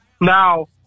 Now